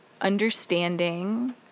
understanding